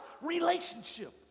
relationship